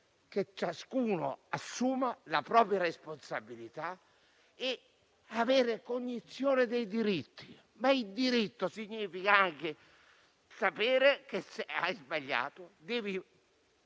che ciascuno si assuma la propria responsabilità e abbia cognizione dei diritti. Il diritto però significa anche sapere che, se si sbaglia, si